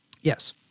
yes